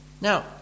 Now